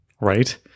right